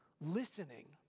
listening